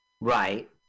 Right